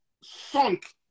sunk